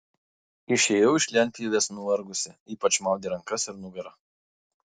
išėjau iš lentpjūvės nuvargusi ypač maudė rankas ir nugarą